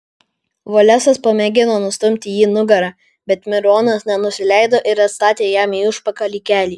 volesas pamėgino nustumti jį nugara bet mironas nenusileido ir atstatė jam į užpakalį kelį